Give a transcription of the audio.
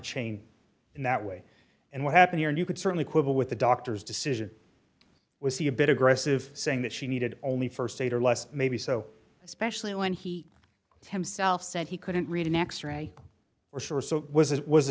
chain in that way and what happened here and you could certainly quibble with the doctors decision was he a bit aggressive saying that she needed only st aid or less maybe so especially when he himself said he couldn't read an x ray or sure so was it was a